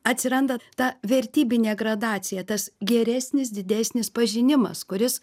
atsiranda ta vertybinė gradacija tas geresnis didesnis pažinimas kuris